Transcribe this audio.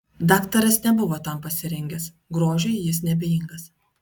daktaras nebuvo tam pasirengęs grožiui jis neabejingas